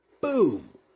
Boom